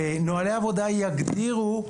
נוהלי עבודה יגדירו.